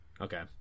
okay